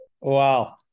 Wow